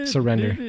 Surrender